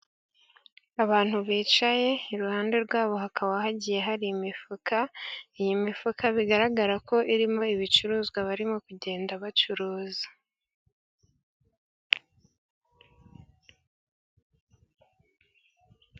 Abantu bicaye iruhande rwabo hakaba hagiye hari imifuka; iyi mifuka bigaragara ko irimo ibicuruzwa barimo kugenda bacuruza.